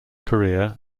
career